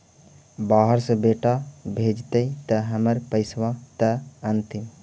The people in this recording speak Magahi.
बाहर से बेटा भेजतय त हमर पैसाबा त अंतिम?